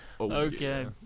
Okay